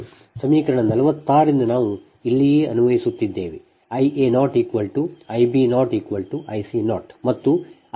ಸಮೀಕರಣ 46 ರಿಂದ ನಾವು ಇಲ್ಲಿಯೇ ಅನ್ವಯಿಸುತ್ತಿದ್ದೇವೆ